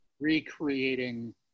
recreating